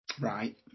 right